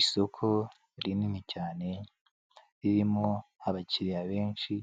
Isoko rinini cyane ririmo abakiriya benshi